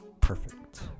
perfect